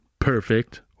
perfect